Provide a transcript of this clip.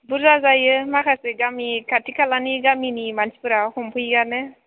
बुरजा जायो माखासे गामि खाथि खालानि गामिनि मानसिफ्रा हमफैयोआनो